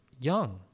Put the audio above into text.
young